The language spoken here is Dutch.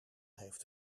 heeft